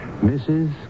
Mrs